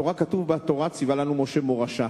התורה כתוב בה: "תורה צוה לנו משה מורשה",